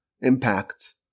impact